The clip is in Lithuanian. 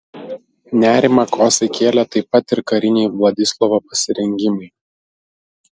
nerimą kosai kėlė taip pat ir kariniai vladislovo pasirengimai